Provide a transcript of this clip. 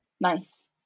Nice